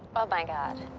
oh, my god.